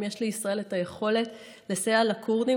יש לישראל את היכולת לסייע לכורדים.